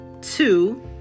Two